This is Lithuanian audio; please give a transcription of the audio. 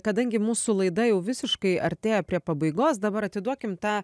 kadangi mūsų laida jau visiškai artėja prie pabaigos dabar atiduokim tą